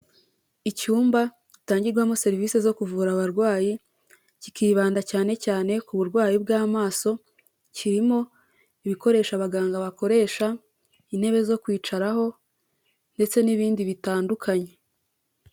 Icyumba gitangirwamo serivisi zo kuvura abarwayi kikibanda cyane cyane ku burwayi bw'amaso, kirimo ibikoresho abaganga bakoresha, intebe zo kwicaraho, ndetse n'ibindi bitandukanye.